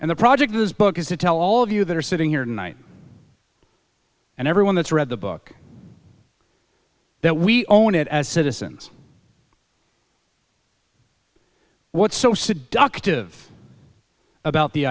and the project this book is to tell all of you that are sitting here tonight and everyone that's read the book that we own it as citizens what's so